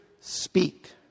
Speak